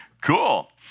Cool